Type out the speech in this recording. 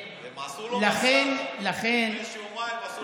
הם עשו לו מסז', לפני יומיים הם עשו לו מסז'.